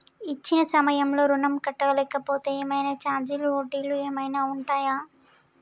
ఇచ్చిన సమయంలో ఋణం కట్టలేకపోతే ఏమైనా ఛార్జీలు వడ్డీలు ఏమైనా ఉంటయా?